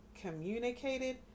Communicated